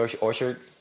Orchard